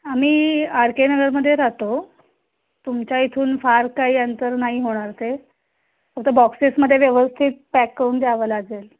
आम्ही R K नगरमध्ये राहतो तुमच्या इथून फार काही अंतर नाही होणार ते फक्त बॉक्सेसमध्ये व्यवस्थित पॅक करून द्यावं लागेल